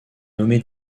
nommé